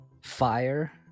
fire